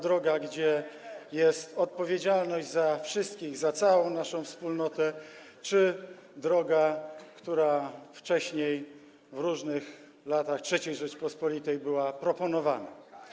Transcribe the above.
droga, gdzie jest odpowiedzialność za wszystkich, za całą naszą wspólnotę, czy droga, która wcześniej, w różnych latach III Rzeczypospolitej była proponowana.